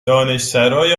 دانشسرای